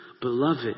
Beloved